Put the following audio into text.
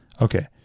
okay